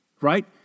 right